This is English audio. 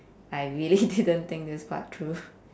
I really didn't think this part through